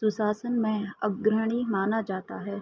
सुशासन में अग्रणी माना जाता है